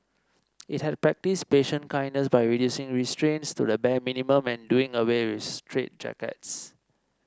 it had practised patient kindness by reducing restraints to the bare minimum and doing away with straitjackets